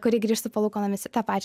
kuri grįš su palūkanomis į tą pačią